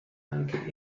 anche